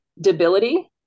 debility